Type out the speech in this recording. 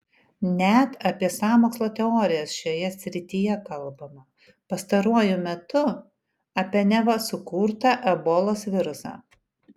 net apie sąmokslo teorijas šioje srityje kalbama pastaruoju metu apie neva sukurtą ebolos virusą